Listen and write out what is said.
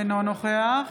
אינו נוכח